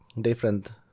Different